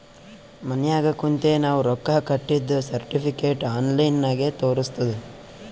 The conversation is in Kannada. ಮನ್ಯಾಗ ಕುಂತೆ ನಾವ್ ರೊಕ್ಕಾ ಕಟ್ಟಿದ್ದ ಸರ್ಟಿಫಿಕೇಟ್ ಆನ್ಲೈನ್ ನಾಗೆ ತೋರಸ್ತುದ್